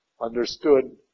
understood